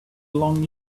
long